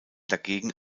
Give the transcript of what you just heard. dagegen